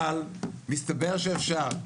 אבל מסתבר שאפשר,